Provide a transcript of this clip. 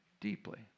deeply